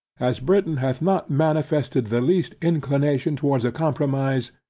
as britain hath not manifested the least inclination towards a compromise,